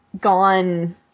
gone